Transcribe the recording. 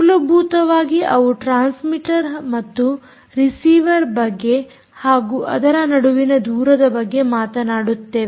ಮೂಲಭೂತವಾಗಿ ನಾವು ಟ್ರಾನ್ಸ್ಮಿಟರ್ ಮತ್ತು ರಿಸಿವರ್ ಬಗ್ಗೆ ಹಾಗೂ ಅದರ ನಡುವಿನ ದೂರದ ಬಗ್ಗೆ ಮಾತನಾಡುತ್ತೇವೆ